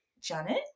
Janet